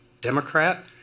Democrat